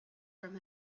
from